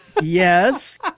Yes